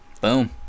boom